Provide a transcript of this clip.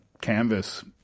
canvas